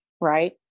right